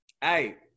hey